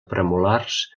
premolars